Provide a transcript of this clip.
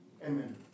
Amen